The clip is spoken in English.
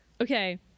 okay